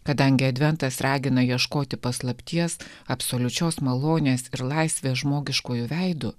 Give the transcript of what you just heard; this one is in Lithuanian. kadangi adventas ragina ieškoti paslapties absoliučios malonės ir laisvės žmogiškuoju veidu